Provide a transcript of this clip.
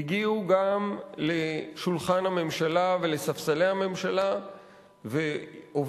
הגיעו גם לשולחן הממשלה ולספסלי הממשלה והובילו